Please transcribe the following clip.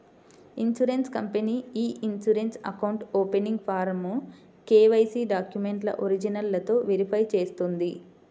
insurance company e insurance account opening ఫారమ్ను KYC డాక్యుమెంట్ల ఒరిజినల్లతో వెరిఫై చేస్తుంది